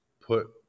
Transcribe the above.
put